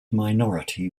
minority